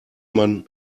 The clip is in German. man